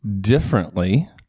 differently